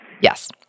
Yes